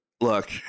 look